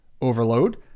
overload